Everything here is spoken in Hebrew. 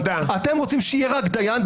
אתם רוצים שיהיה רק דיין,